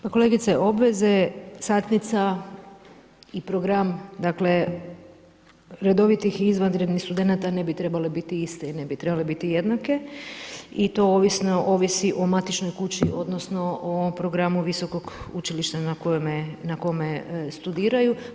Pa kolegice, obveze, satnica i program redovitih i izvanrednih studenata ne bi trebale biti iste i ne bi trebale biti jednake i to ovisi o matičnoj kući odnosno o ovom programu visokog učilišta na kome studiraju.